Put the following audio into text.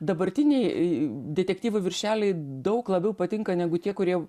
dabartiniai e detektyvo viršeliai daug labiau patinka negu tie kurie jau